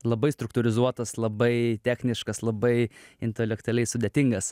labai struktūrizuotas labai techniškas labai intelektualiai sudėtingas